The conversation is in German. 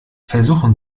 versuchen